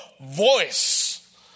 voice